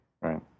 Right